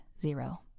zero